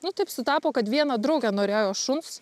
nu taip sutapo kad viena draugė norėjo šuns